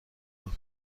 بود